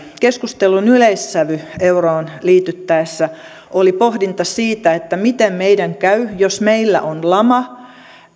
keskustelun yleissävy euroon liityttäessä oli pohdinta siitä miten meidän käy jos meillä on lama